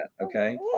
okay